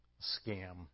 Scam